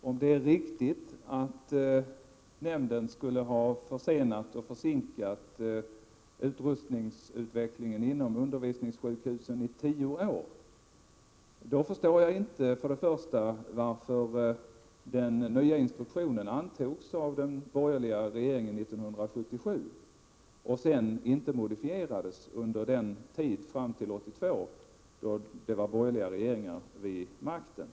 OMR Kraven påspea Herr talman! Om det är riktigt att nämnden skulle ha försenat och sjukhusutrustning försinkat utrustningsutvecklingen inom undervisningssjukhusen i tio år, då förstår jag inte varför den nya instruktionen antogs av den borgerliga regeringen 1977 och sedan inte modifierades under tiden fram till 1982 då borgerliga regeringar satt vid makten.